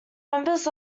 members